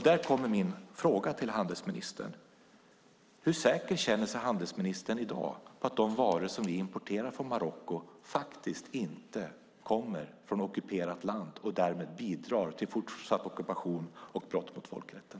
Därav kommer min fråga till handelsministern: Hur säker känner sig handelsministern i dag på att de varor som vi importerar från Marocko inte kommer från ockuperat land och därmed bidrar till fortsatt ockupation och brott mot folkrätten?